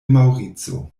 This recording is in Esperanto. maŭrico